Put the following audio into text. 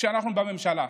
כשאנחנו בממשלה.